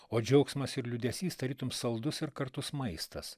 o džiaugsmas ir liūdesys tarytum saldus ir kartus maistas